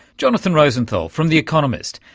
jonathan rosenthal from the economist.